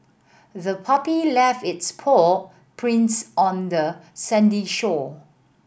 the puppy left its paw prints on the sandy shore